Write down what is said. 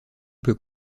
peut